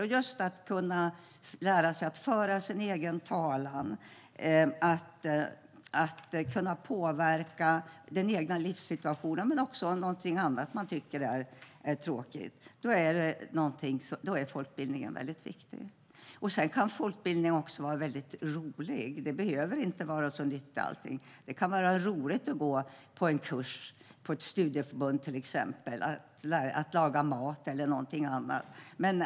Det handlar om att lära sig att föra sin egen talan och kunna påverka den egna livssituationen eller någonting annat man tycker är tråkigt. Då är folkbildningen väldigt viktig. Sedan kan folkbildning också vara väldigt rolig. Allting behöver inte vara så nyttigt. Det kan vara roligt att gå på en kurs på ett studieförbund och till exempel laga mat eller någonting annat.